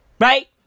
Right